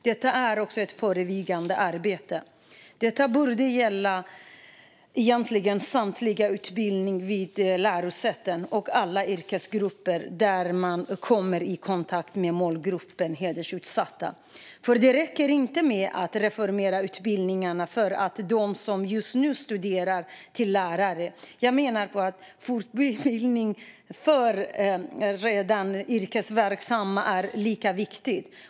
Detta är också ett förebyggande arbete och borde gälla samtliga utbildningar vid lärosäten och alla yrkesgrupper där man kommer i kontakt med målgruppen hedersutsatta. Det räcker inte med att reformera utbildningarna för dem som just nu studerar till lärare, utan jag menar att det är lika viktigt med fortbildning för redan yrkesverksamma.